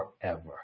forever